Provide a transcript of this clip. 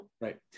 Right